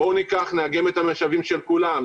בואו ניקח, נאגם את המשאבים של כולם.